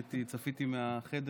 ראיתי, צפיתי מהחדר